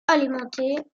alimentée